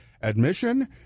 Admission